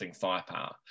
firepower